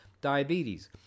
diabetes